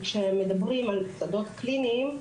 כשמדברים על שדות קליניים,